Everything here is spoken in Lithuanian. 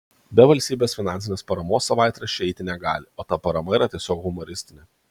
be valstybės finansinės paramos savaitraščiai eiti negali o ta parama yra tiesiog humoristinė